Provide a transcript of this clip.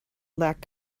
lack